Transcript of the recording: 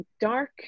dark